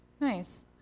Nice